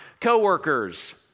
coworkers